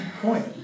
point